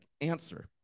answer